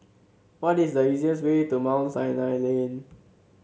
what is the easiest way to Mount Sinai Lane